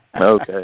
Okay